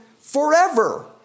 forever